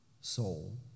soul